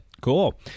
Cool